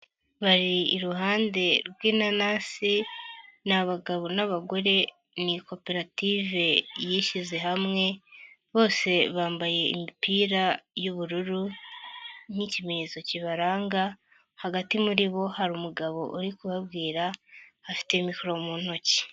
Bari iruhande rw'inanasi ni abagabo n'abagore ni koperative yishyize hamwe, bose bambaye imipira y'ubururu nk'ikimenyetso kibaranga, hagati muri bo hari umugabo uri kubabwira afite mikoro mu ntoki.